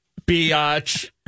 biatch